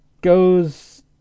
goes